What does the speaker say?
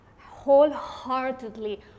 wholeheartedly